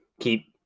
keep